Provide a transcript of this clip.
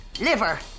liver